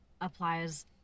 applies